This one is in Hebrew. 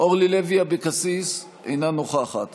אורלי לוי אבקסיס, אינה נוכחת